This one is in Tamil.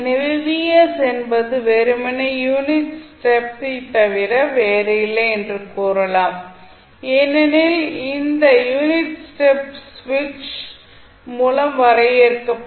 எனவே என்பது வெறுமனே யூனிட் ஸ்டெப் தவிர வேறில்லை என்று கூறலாம் ஏனெனில் இந்த யூனிட் ஸ்டெப் சுவிட்ச் மூலம் வரையறுக்கப்படுகிறது